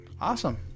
Awesome